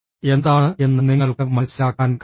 എന്താണ് എന്ന് നിങ്ങൾക്ക് മനസ്സിലാക്കാൻ കഴിയണം